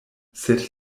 sed